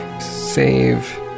save